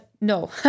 no